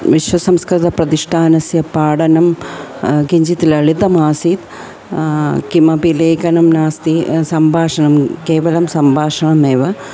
विश्वसंस्कृतप्रतिष्ठानस्य पाठनं किञ्चित् ललितमासीत् किमपि लेखनं नास्ति सम्भाषणं केवलं सम्भाषणमेव